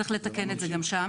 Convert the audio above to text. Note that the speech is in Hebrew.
צריך לתקן את זה גם שם.